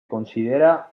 considera